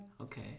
Okay